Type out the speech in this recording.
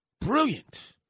Brilliant